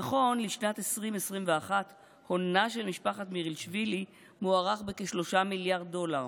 נכון לשנת 2021 הונה של משפחת מירילשווילי מוערך בכ-3 מיליארד דולר.